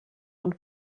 und